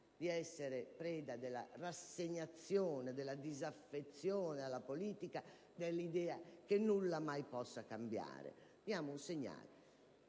di essere preda della rassegnazione, della disaffezione rispetto alla politica e dell'idea che nulla mai possa cambiare. Diamo un segnale